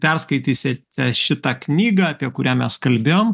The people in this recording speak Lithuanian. perskaitysite šitą knygą apie kurią mes kalbėjom